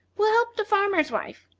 who helped a farmer's wife,